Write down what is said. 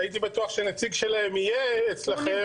אני הייתי בטוח שנציג שלהם יהיה אצלכם.